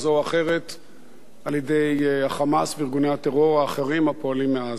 אחרת על-ידי ה"חמאס" וארגוני הטרור האחרים הפועלים מעזה.